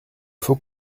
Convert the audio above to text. faut